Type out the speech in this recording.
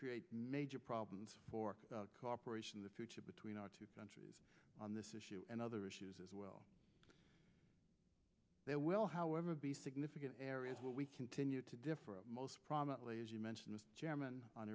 reate major problems for cooperation in the future between our two countries on this issue and other issues as well there will however be significant areas where we continue to differ and most prominently as you mentioned chairman on